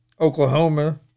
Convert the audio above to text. Oklahoma